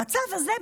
המצב הזה,